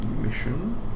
mission